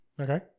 Okay